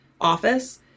office